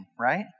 right